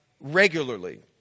regularly